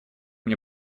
мне